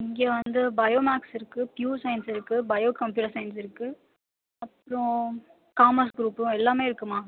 இங்கே வந்து பயோமேக்ஸ் இருக்குது ப்யூர் சயின்ஸ் இருக்குது பயோ கம்ப்யூட்டர் சயின்ஸ் இருக்குது அப்புறம் காமர்ஸ் குரூப்பும் எல்லாமே இருக்குதும்மா